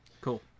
Cool